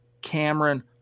Cameron